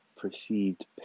perceived